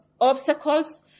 obstacles